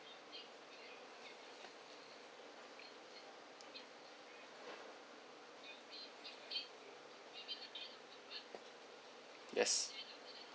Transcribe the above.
yes